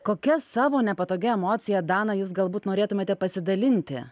kokia savo nepatogia emocija dana jūs galbūt norėtumėte pasidalinti